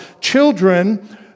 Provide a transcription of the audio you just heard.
Children